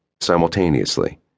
simultaneously